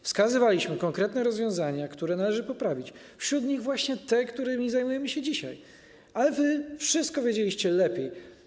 Wskazywaliśmy konkretne rozwiązania, które należy poprawić, wśród nich właśnie te, którymi zajmujemy się dzisiaj, ale wy wszystko wiedzieliście lepiej.